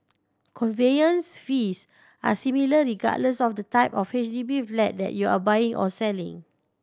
conveyance fees are similar regardless of the type of H D B flat that you are buying or selling